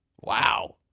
Wow